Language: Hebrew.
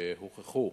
בשטחים שהוכחו,